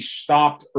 stopped